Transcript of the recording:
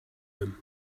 them